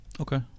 Okay